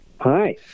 Hi